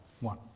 One